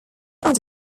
under